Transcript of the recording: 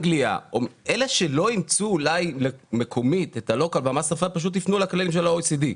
אלה שלא אימצו מקומית פשוט יפנו לכללים של ה-OECD.